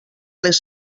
les